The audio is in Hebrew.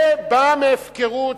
זה בא מהפקרות,